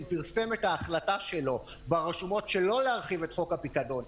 פרסם את ההחלטה שלו ברשומות שלא להרחיב את חוק הפיקדון,